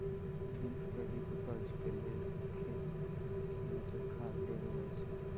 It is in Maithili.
बीन्स केँ अधिक उपज केँ लेल खेत मे केँ खाद देल जाए छैय?